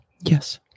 Yes